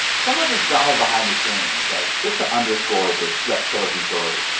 some of this drama behind the scenes like, just to underscore the rex tillerson story,